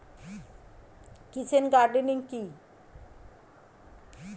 Kitchen gardening কি?